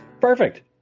Perfect